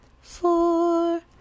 four